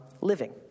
living